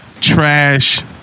trash